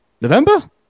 November